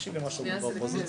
בעיקרון כיוון שאין הסתייגויות,